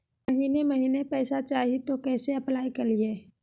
महीने महीने पैसा चाही, तो कैसे अप्लाई करिए?